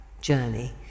journey